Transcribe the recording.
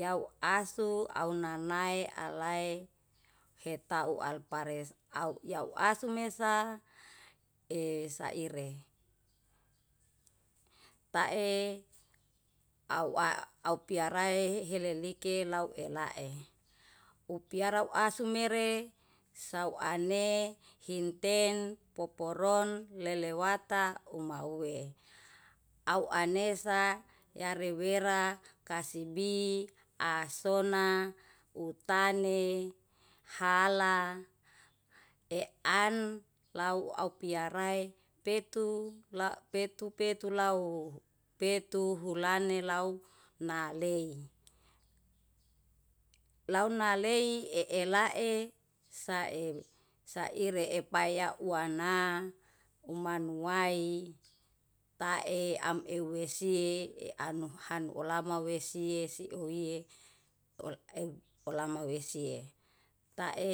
Yau ahsu auw nanae alae heta ual pare au i au ahsu mesa e saire. Tae au a au pia rae helelike lau ela e, u piara uahsu mere sau ane hinte poporon lelewata umauwe, au ahnesa yarewera kasibi, ahsona, utani, hala, ean lau au piarae petu petu lau petu hulane lau nalei. Lau nalei ee lae sae saere epaya uana umanuai tae amehwesi anuhan olanawesi esi uwie ew ulama wehsi e. Tae